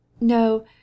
No